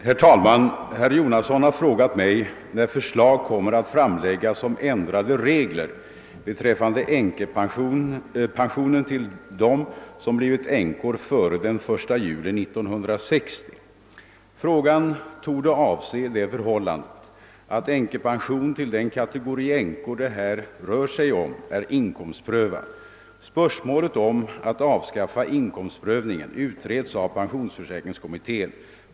Herr talman! Herr Jonasson har frågat mig när förslag kommer att framläggas om ändrade regler beträffande änkepensionen till dem som blivit änkor före den 1 juli 1960. Frågan torde avse det förhållandet att änkepensionen till den kategori änkor det här rör sig om är inkomstprövad. Spörsmålet om att avskaffa inkomstprövningen utreds av pensionsförsäkringskommittén.